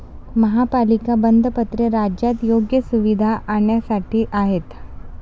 महापालिका बंधपत्रे राज्यात योग्य सुविधा आणण्यासाठी आहेत